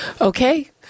Okay